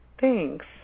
Thanks